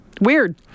Weird